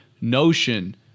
notion